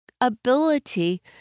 ability